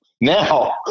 Now